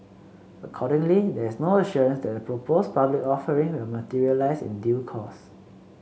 accordingly there is no assurance that the proposed public offering will materialise in due course